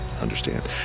understand